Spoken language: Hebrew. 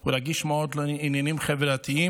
שהוא רגיש מאוד לעניינים חברתיים,